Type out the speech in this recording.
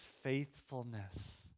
faithfulness